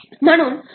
म्हणून 4